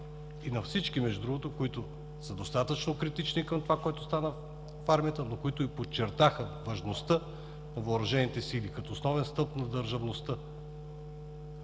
и на всички, които са достатъчно критични към това, което стана в армията, които подчертаха важността на Въоръжените сили като основен стълб на държавността.